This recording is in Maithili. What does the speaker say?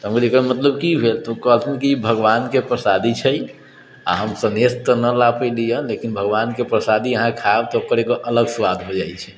तऽ हम कहलिए तऽ एकर मतलब कि भेल ओ कहलथिन ई भगवानके प्रसादी छै आओर हम सनेश तऽ नहि ला पाइली हइ लेकिन भगवानके प्रसादी अहाँ खाएब तऽ ओकर एगो अलग स्वाद भऽ जाइ छै